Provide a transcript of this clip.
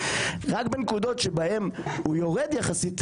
רק בנקודות שבהן הוא יורד יחסית,